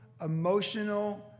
emotional